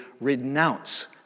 renounce